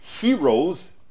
heroes